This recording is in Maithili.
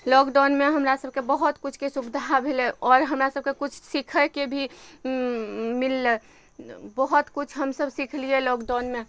लॉकडाउनमे हमरा सबके बहुत किछुके सुविधा भेलय आओर हमरा सबके किछु सीखयके भी मिललइ बहुत किछु हमसब सिखलियै लॉकडाउनमे